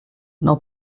n’en